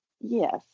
Yes